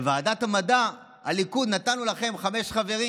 בוועדת המדע נתנו לכם בליכוד חמישה חברים.